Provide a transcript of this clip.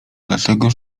dlatego